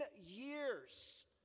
years